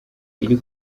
iri